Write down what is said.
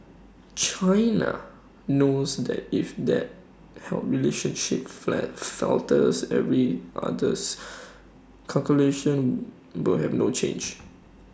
China knows that if that how relationship falters every others calculation will have no change